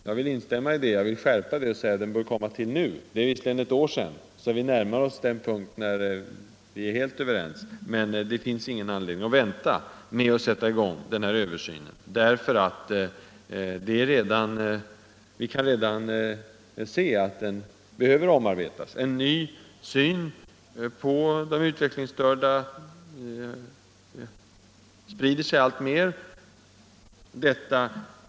Jag vill instämma i det uttalandet, dock med den skärpningen att översynen bör göras redan nu. Det är visserligen ett år sedan det gjordes, och vi närmar oss följaktligen den punkt där vi är helt överens, men det finns ingen anledning att vänta med denna översyn. Vi kan redan se att lagen behöver omarbetas. En ny syn på de utvecklingsstörda sprider sig alltmer.